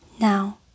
Now